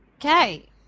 Okay